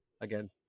Again